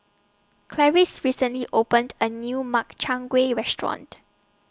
Clarice recently opened A New Makchang Gui Restaurant